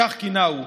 כך כינהו,